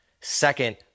second